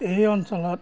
এই অঞ্চলত